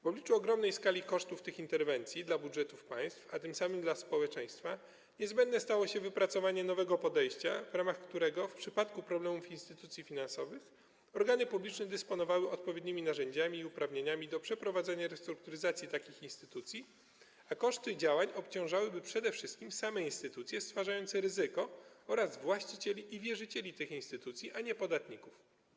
W obliczu ogromnej skali kosztów tych interwencji dla budżetów państw, a tym samym dla społeczeństwa, niezbędne stało się wypracowanie nowego podejścia, w ramach którego w przypadku problemów instytucji finansowych organy publiczne dysponowałyby odpowiednimi narzędziami i uprawnieniami do przeprowadzenia restrukturyzacji takich instytucji, a koszty działań obciążałyby przede wszystkim same instytucje stwarzające ryzyko oraz właścicieli i wierzycieli tych instytucji, a nie podatników.